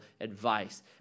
advice